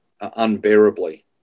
unbearably